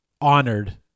honored